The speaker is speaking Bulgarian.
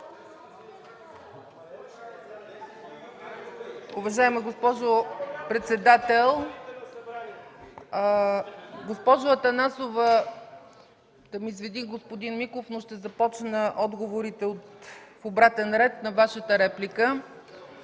Уважаема госпожо председател! Госпожо Атанасова, ще ме извини господин Миков, но ще започна отговорите по обратен ред на Вашата реплика.